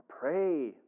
pray